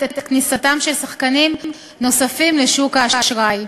את כניסתם של שחקנים נוספים לשוק האשראי.